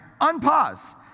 unpause